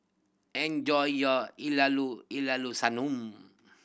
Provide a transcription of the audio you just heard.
enjoy your sanum